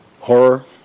horror